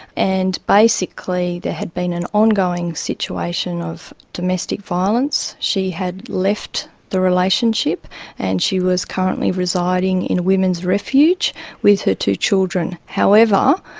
and basically there had been an ongoing situation of domestic violence, she had left the relationship and she was currently residing in a women's refuge with her two children. however,